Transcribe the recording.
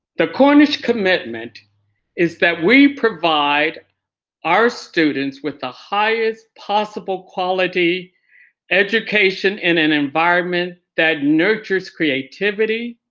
the cornish commitment is that we provide our students with the highest possible quality education in an environment that nurtures creativity